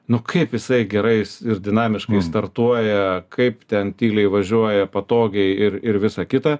nu kaip jisai gerais ir dinamiškais startuoja kaip ten tyliai važiuoja patogiai ir ir visa kita